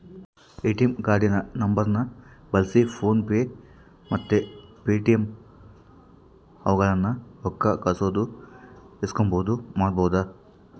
ATM ಕಾರ್ಡಿನ ನಂಬರ್ನ ಬಳ್ಸಿ ಫೋನ್ ಪೇ ಮತ್ತೆ ಪೇಟಿಎಮ್ ಆಪ್ಗುಳಾಗ ರೊಕ್ಕ ಕಳ್ಸೋದು ಇಸ್ಕಂಬದು ಮಾಡ್ಬಹುದು